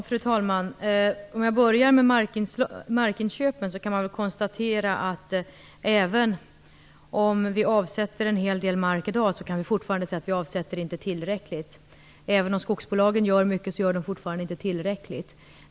Fru talman! Om jag börjar med markinköpen kan man konstatera att även om vi avsätter en hel del mark i dag kan vi fortfarande säga att vi inte avsätter tillräckligt. Även om skogsbolagen gör mycket gör de ännu inte tillräckligt.